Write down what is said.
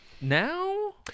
now